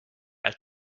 alt